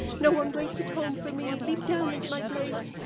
no one waits at home for me. leap down into my place!